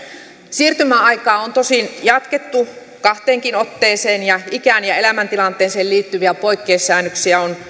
siirtymäaikaa on tosin jatkettu kahteenkin otteeseen ja ikään ja elämäntilanteeseen liittyviä poikkeussäännöksiä on